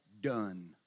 done